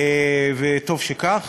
וטוב שכך.